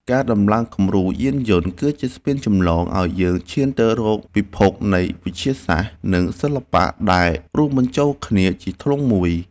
ការដំឡើងគំរូយានយន្ត គឺជាស្ពានចម្លងឱ្យយើងឈានទៅរកពិភពនៃវិទ្យាសាស្ត្រ និងសិល្បៈដែលរួមបញ្ចូលគ្នាជាធ្លុងមួយ។